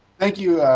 thank you.